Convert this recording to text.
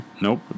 Nope